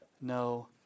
no